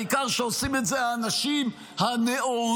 העיקר שעושים את זה האנשים הנאורים,